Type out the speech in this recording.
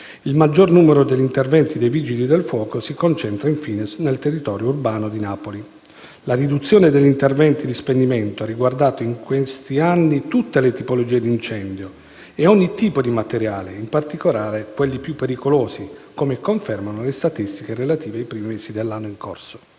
il maggior numero degli interventi dei Vigili del fuoco si concentra, infine, nel territorio urbano di Napoli. La riduzione degli interventi di spegnimento ha riguardato in questi anni tutte le tipologie di incendio e ogni tipo di materiale, in particolare quelli più pericolosi, come confermano le statistiche relative ai primi mesi dell'anno in corso: